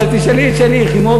אבל תשאלי את שלי יחימוביץ,